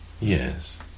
Yes